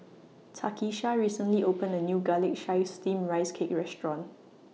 Takisha recently opened A New Garlic Chives Steamed Rice Cake Restaurant